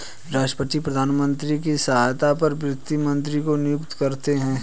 राष्ट्रपति प्रधानमंत्री की सलाह पर वित्त मंत्री को नियुक्त करते है